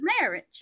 marriage